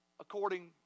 according